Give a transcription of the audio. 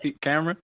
camera